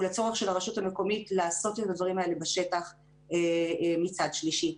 ולצורך של הרשות המקומית לעשות את הדברים האלה בשטח מצד שלישי.